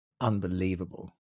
unbelievable